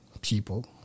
People